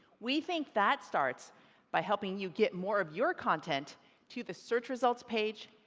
we think that starts by helping you get more of your content to the search results page,